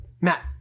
Matt